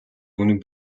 үнэн